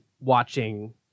watching